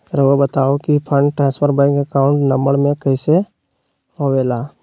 रहुआ बताहो कि fund transfer bank account number में कैसे होबेला?